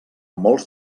molts